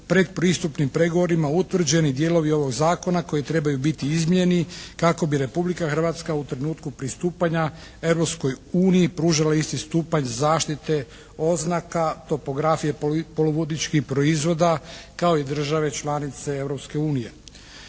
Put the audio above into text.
predpristupnim pregovorima utvrđeni dijelovi ovog zakona koji trebaju biti u izmjeni kako bi Republika Hrvatska u trenutku pristupanja Europskoj uniji pružala isti stupanj zaštite oznaka topografije poluvodičkih proizvoda, kao i države članice Europske unije.